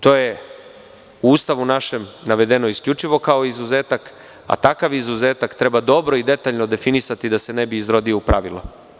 To je u Ustavu našem navedeno isključivo kao izuzetak, a takav izuzetak treba dobro i detaljno definisati da se ne bi izrodio u pravilo.